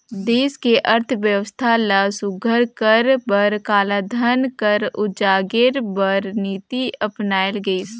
देस के अर्थबेवस्था ल सुग्घर करे बर कालाधन कर उजागेर बर नीति अपनाल गइस